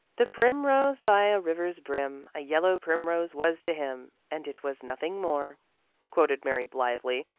the primrose by a river's brim, a yellow primrose was to him, and it was nothing more quoted mary blithely.